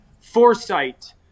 foresight